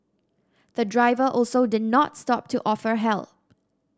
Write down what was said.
the driver also did not stop to offer help